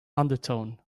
undertone